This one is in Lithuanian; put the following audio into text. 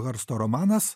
versto romanas